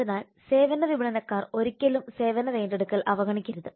അതിനാൽ സേവന വിപണനക്കാർ ഒരിക്കലും സേവന വീണ്ടെടുക്കൽ അവഗണിക്കരുത്